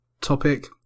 topic